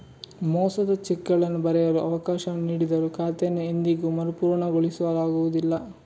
ಮೋಸದ ಚೆಕ್ಗಳನ್ನು ಬರೆಯಲು ಅವಕಾಶವನ್ನು ನೀಡಿದರೂ ಖಾತೆಯನ್ನು ಎಂದಿಗೂ ಮರುಪೂರಣಗೊಳಿಸಲಾಗುವುದಿಲ್ಲ